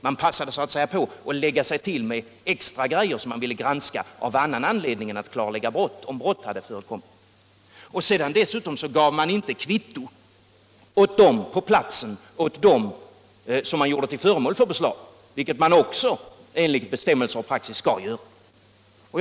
Man passade på att lägga sig till med extra material som man ville granska av annan anledning än för att klarlägga om brott hade förekommit. Dessutom gav man inte kvitto på platsen åt dem som man gjorde till föremål för beslaget, vilket också enligt bestämmelser och praxis skall ske.